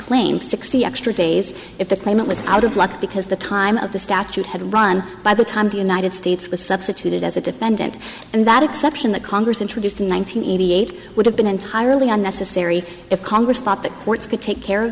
claims sixty extra days if the claimant was out of luck because the time of the statute had run by the time the united states was substituted as a defendant and that exception that congress introduced in one nine hundred eighty eight would have been entirely unnecessary if congress thought that courts could take care of